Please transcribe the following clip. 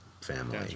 family